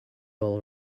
all